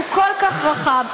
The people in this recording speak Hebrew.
היא כל כך רחבה.